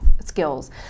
skills